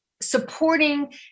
supporting